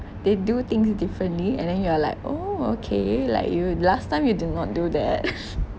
they do things differently and then you are like oh okay like you last time you did not do that